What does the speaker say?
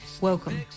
welcome